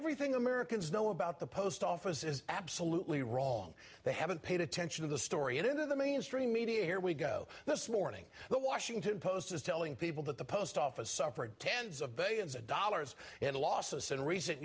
everything americans know about the post office is absolutely wrong they haven't paid attention of the story and in the mainstream media here we go this morning the washington post is telling people that the post office suffered tens of billions of dollars in losses and recent